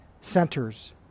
centers